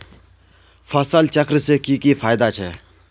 फसल चक्र से की की फायदा छे?